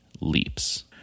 leaps